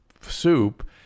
soup